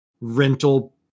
rental